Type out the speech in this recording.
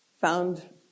found